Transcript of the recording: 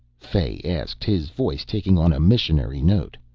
fay asked, his voice taking on a missionary note.